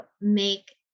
make